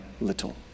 little